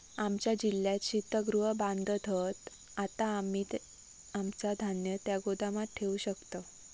आमच्या जिल्ह्यात शीतगृह बांधत हत, आता आम्ही आमचा धान्य त्या गोदामात ठेवू शकतव